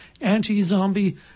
anti-zombie